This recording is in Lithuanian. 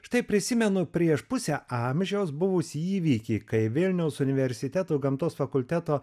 štai prisimenu prieš pusę amžiaus buvusį įvykį kai vilniaus universiteto gamtos fakulteto